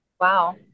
Wow